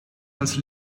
als